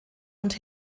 und